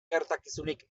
gertakizunek